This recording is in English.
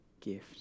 gift